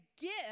gift